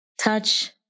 touch